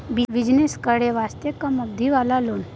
Business करे वास्ते कम अवधि वाला लोन?